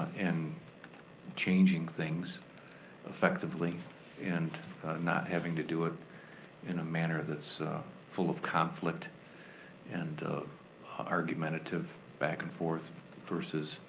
and changing things effectively and not having to do it in a manner that's full of conflict and argumentative, back and forth versus,